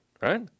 right